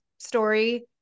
story